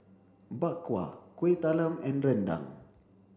Bak Kwa Kueh Talam and Rendang